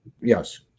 yes